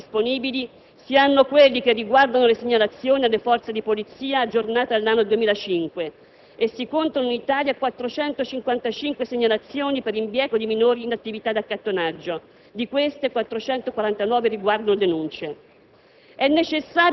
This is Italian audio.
Tra i dati ad oggi disponibili si hanno quelli che riguardano le segnalazioni alle forze di polizia aggiornate all'anno 2005. Si contano in Italia 455 segnalazioni per impiego di minori in attività di accattonaggio, di queste, 449 riguardano denunce,